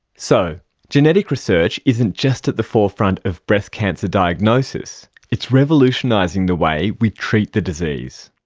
so genetic research isn't just at the forefront of breast cancer diagnosis, it's revolutionising the way we treat the disease.